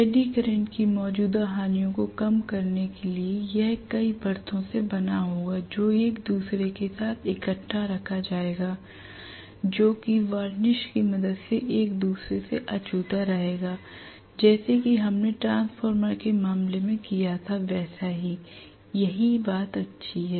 एड़ी करंट की मौजूदा हानियों को कम करने के लिए यह कई परतो से बना होगा जो एक दूसरे के साथ इकट्ठा रखा रहेगा जोकि वार्निश की मदद से एक दूसरे से अछूता रहेगा जैसे कि हमने ट्रांसफार्मर के मामले में किया था वैसा ही यही बात अच्छी हैं